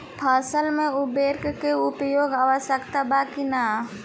फसल में उर्वरक के उपयोग आवश्यक बा कि न?